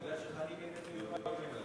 מכיוון שחנין איננו יש לו ארבע.